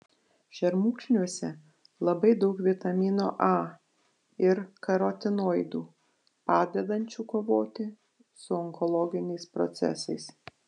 šermukšniuose labai daug vitamino a ir karotinoidų padedančių kovoti su onkologiniais procesais